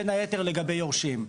בין היתר לגבי יורשים.